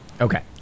Okay